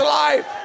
life